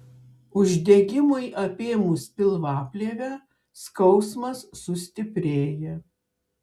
uždegimui apėmus pilvaplėvę skausmas sustiprėja